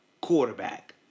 quarterback